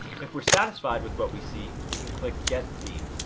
if we're satisfied with what we see we can click get theme